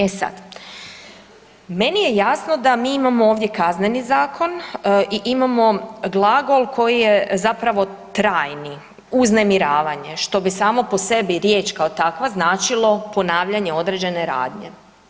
E sad, meni je jasno da mi imamo ovdje Kazneni zakon i imamo glagol koji je zapravo trajni „uznemiravanje“, što bi samo po sebi riječ kao takva značilo ponavljanje određene radnje.